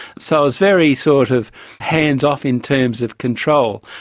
so it was very sort of hands-off in terms of control.